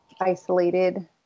isolated